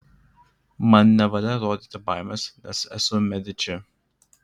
man nevalia rodyti baimės nes esu mediči